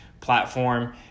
platform